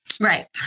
Right